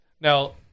Now